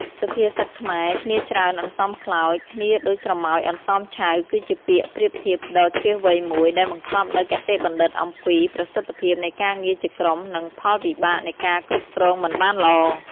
សុភាសិតខ្មែរ «គ្នាច្រើនអន្សមខ្លោច គ្នាដូចស្រមោចអន្សមឆៅ» គឺជាពាក្យប្រៀបធៀបដ៏ឈ្លាសវៃមួយ ដែលបង្កប់នូវគតិបណ្ឌិតអំពី ប្រសិទ្ធភាពនៃការងារជាក្រុម និង ផលវិបាកនៃការគ្រប់គ្រងមិនបានល្អ។